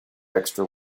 extra